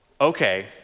okay